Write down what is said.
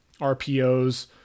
RPOs